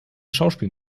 schauspiel